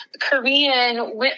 Korean